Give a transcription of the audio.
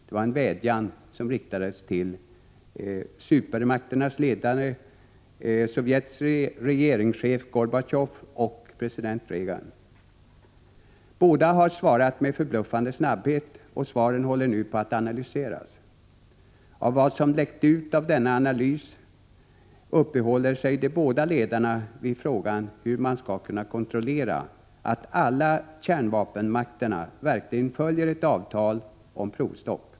Det var en vädjan som riktades till supermakternas ledare, Sovjets regeringschef Gorbatjov och president Reagan. Båda har svarat med förbluffande snabbhet, och svaren håller nu på att analyseras. Enligt vad som läckt ut av denna analys uppehåller sig de båda ledarna vid frågan hur man skall kunna kontrollera att alla kärnvapenmakterna verkligen följer ett avtal om provstopp.